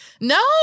No